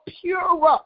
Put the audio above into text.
purer